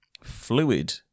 fluid